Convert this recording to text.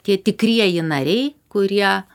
tie tikrieji nariai kurie